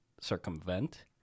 circumvent